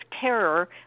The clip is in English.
terror